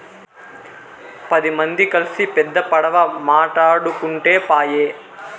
పది మంది కల్సి పెద్ద పడవ మాటాడుకుంటే పాయె